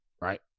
right